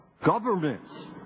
governments